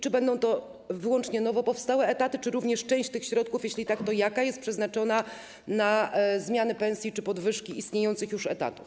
Czy będą to wyłącznie nowo powstałe etaty czy również część tych środków - jeśli tak, to jaka - jest przeznaczona na zmianę pensji czy na podwyżki w ramach istniejących już etatów?